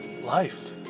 Life